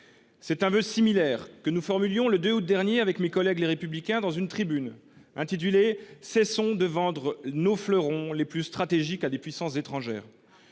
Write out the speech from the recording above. C’est un vœu similaire que nous formulions le 2 août dernier, avec mes collègues du groupe Les Républicains, dans une tribune intitulée :« Cessons de vendre nos fleurons les plus stratégiques à des puissances étrangères.